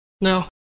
No